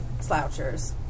slouchers